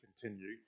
continue